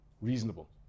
reasonable